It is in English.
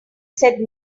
said